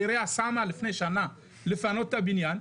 והעירייה שמה לפני שנה לפנות את הבניין.